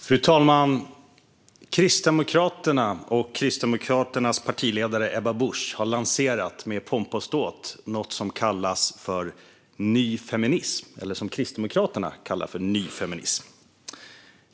Fru talman! Kristdemokraterna och Kristdemokraternas partiledare Ebba Busch har med pompa och ståt lanserat något som Kristdemokraterna kallar ny feminism.